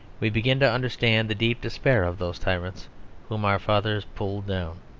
we begin to understand the deep despair of those tyrants whom our fathers pulled down.